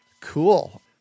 Cool